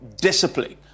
discipline